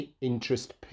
interest